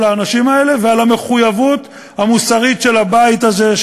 האנשים האלה ועל המחויבות המוסרית של הבית הזה,